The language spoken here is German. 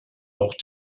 auch